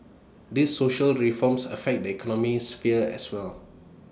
these social reforms affect the economic sphere as well